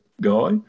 guy